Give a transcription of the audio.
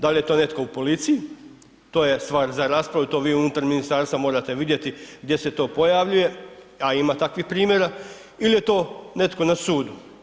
Da li je to netko u policiji, to je stvar za raspravu i to vi unutar ministarstva morate vidjeti gdje se to pojavljuje a ima takvih primjera ili je to netko na sudu.